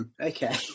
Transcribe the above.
Okay